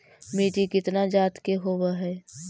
मिट्टी कितना जात के होब हय?